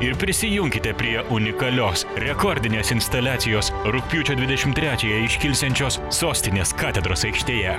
ir prisijunkite prie unikalios rekordinės instaliacijos rugpjūčio dvidešim trečiąją iškilsiančios sostinės katedros aikštėje